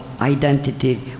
identity